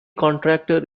contractor